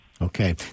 Okay